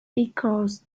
echoed